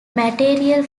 material